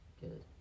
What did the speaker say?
good